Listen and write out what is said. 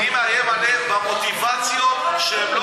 אני מאיים עליהם במוטיבציות שהן לא